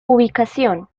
ubicación